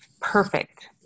perfect